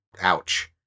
ouch